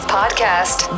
podcast